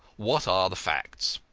what are the facts?